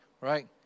right